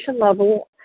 level